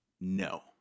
No